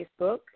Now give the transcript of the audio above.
Facebook